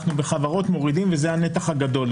אנחנו בחברות מורידים וזה הנתח הגדול.